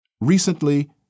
Recently